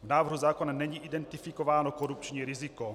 V návrhu zákona není identifikováno korupční riziko.